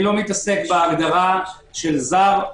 אני לא מתעסק בהגדרה של זר,